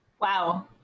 Wow